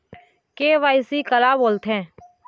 KYC काला बोलथें?